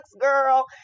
girl